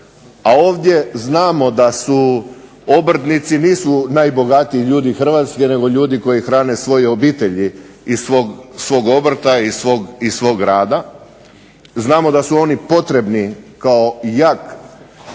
a ovdje znamo da su obrtnici nisu najbogatiji ljudi Hrvatske, nego ljudi koji hrane svoje obitelji iz svog obrta, iz svog grada. Znamo da su oni potrebni kao jak